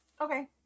Okay